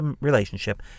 relationship